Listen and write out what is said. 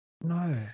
No